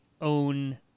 own